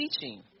teaching